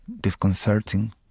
disconcerting